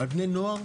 על בני נוער,